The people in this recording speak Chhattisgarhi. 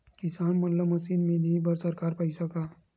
किसान मन ला मशीन मिलही बर सरकार पईसा का?